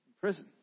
Prison